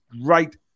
right